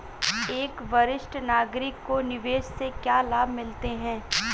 एक वरिष्ठ नागरिक को निवेश से क्या लाभ मिलते हैं?